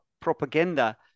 propaganda